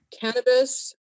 cannabis